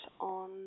on